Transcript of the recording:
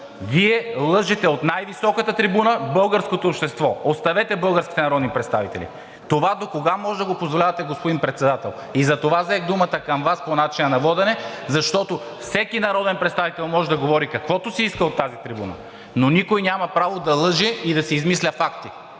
общество от най-високата трибуна, оставете българските народни представители. Това докога може да го позволявате, господин Председател? И затова взех думата към Вас по начина на водене, защото всеки народен представител може да говори каквото си иска от тази трибуна, но никой няма право да лъже и да си измисля факти,